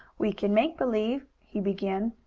we can make-believe, he began.